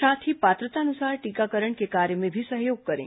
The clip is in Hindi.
साथ ही पात्रतानुसार टीकाकरण के कार्य में भी सहयोग करें